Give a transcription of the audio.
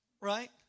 Right